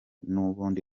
n’ubundi